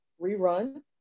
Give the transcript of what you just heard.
rerun